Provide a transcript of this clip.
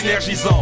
énergisant